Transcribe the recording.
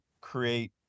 create